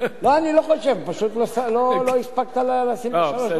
פשוט לא הספקת לשים דקות.